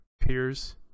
peers